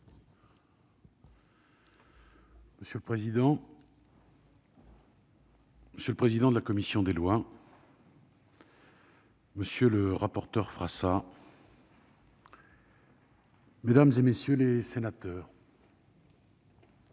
Monsieur le président, monsieur le président de la commission des lois, monsieur le rapporteur, mesdames, messieurs les sénateurs,